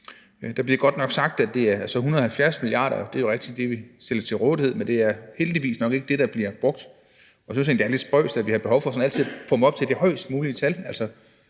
Der blev godt nok sagt, at det altså handler om 170 mia. kr. – det er jo rigtigt; det er det, vi stiller til rådighed – men det er heldigvis nok ikke det, der bliver brugt. Og jeg synes egentlig, det er lidt spøjst, at vi har behov for sådan altid at pumpe det op til det højest mulige tal.